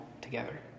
together